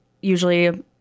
Usually